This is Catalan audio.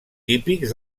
típics